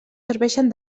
serveixen